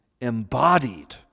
embodied